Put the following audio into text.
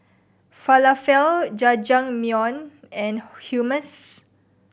Falafel Jajangmyeon and Hummus